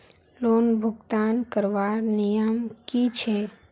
Loan भुगतान करवार नियम की छे?